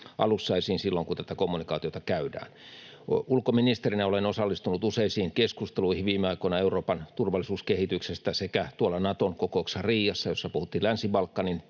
alussa esiin silloin, kun tätä kommunikaatiota käydään. Ulkoministerinä olen viime aikoina osallistunut useisiin keskusteluihin Euroopan turvallisuuskehityksestä sekä tuolla Naton kokouksessa Riiassa, jossa puhuttiin Länsi-Balkanin